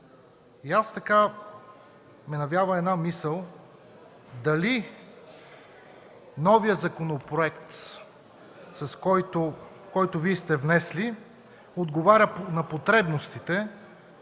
И мен ме навява една мисъл – дали новият законопроект, който Вие сте внесли, отговаря на потребностите